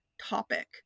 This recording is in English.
topic